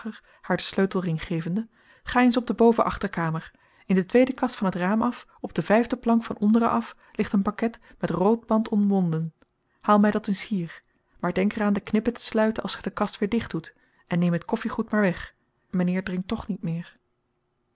haar den sleutelring gevende ga eens op de boven achterkamer in de tweede kast van het raam af op de vijfde plank van onderen af ligt een pakket met rood band omwonden haal mij dat eens hier maar denk er aan de knippen te sluiten als gij de kast weer dicht doet en neem het koffiegoed maar weg mijn heer drinkt toch niet meer